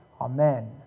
Amen